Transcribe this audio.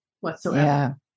whatsoever